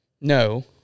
No